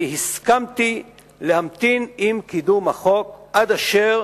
אני הסכמתי להמתין עם קידום החוק עד אשר